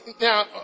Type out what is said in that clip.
now